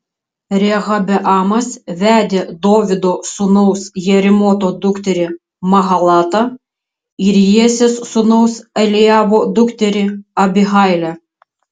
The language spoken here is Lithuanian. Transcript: rehabeamas vedė dovydo sūnaus jerimoto dukterį mahalatą ir jesės sūnaus eliabo dukterį abihailę